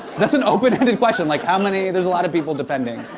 that's an open-ended question, like how many there's a lot of people depending.